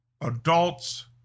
adults